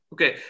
Okay